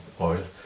oil